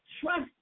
trust